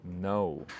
no